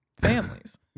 families